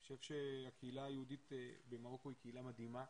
אני חושב שהקהילה היהודית במרוקו היא קהילה מדהימה,